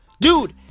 Dude